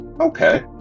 Okay